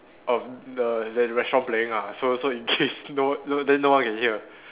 of the that restaurant playing ah so so in case no then no one can hear